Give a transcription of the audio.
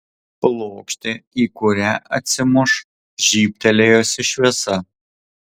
plokštė į kurią atsimuš žybtelėjusi šviesa